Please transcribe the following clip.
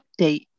Update